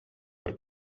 per